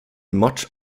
much